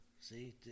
See